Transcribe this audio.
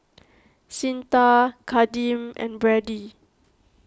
Cyntha Kadeem and Brady